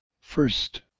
First